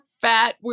fat